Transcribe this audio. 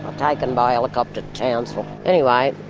taken by helicopter to townsville. anyway,